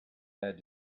had